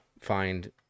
find